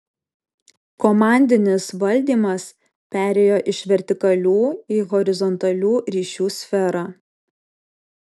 komandinis valdymas perėjo iš vertikalių į horizontalių ryšių sferą